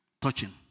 Touching